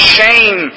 shame